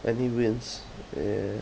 and he wins ya